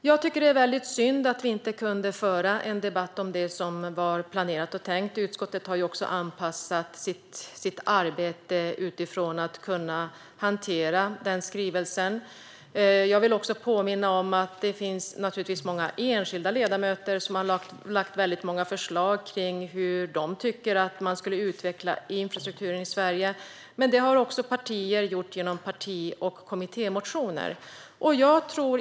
Fru talman! Det är väldigt synd att vi inte kunde föra en debatt om det som vi hade planerat och tänkt. Utskottet har anpassat sitt arbete för att kunna hantera skrivelsen. Jag vill också påminna om att många enskilda ledamöter har lagt fram många förslag på hur de tycker att infrastrukturen i Sverige ska utvecklas. Det har också partier gjort, genom parti och kommittémotioner. Fru talman!